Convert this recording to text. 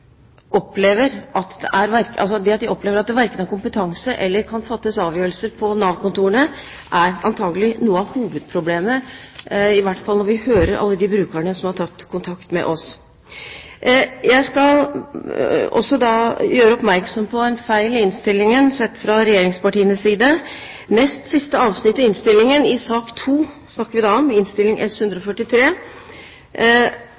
opplever at det verken er kompetanse eller kan fattes avgjørelser på Nav-kontorene, er antakelig noe av hovedproblemet, i hvert fall når vi hører alle de brukerne som har tatt kontakt med oss. Jeg skal også gjøre oppmerksom på en feil i innstillingen sett fra regjeringspartienes side. I nest siste avsnitt i Innst. 143 S – sak nr. 2 snakker vi da om